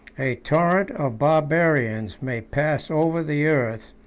a torrent of barbarians may pass over the earth,